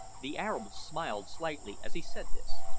the arab smiled slightly as he said this.